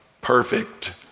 perfect